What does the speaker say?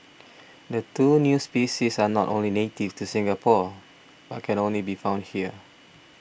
the two new species are not only native to Singapore but can only be found here